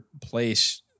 place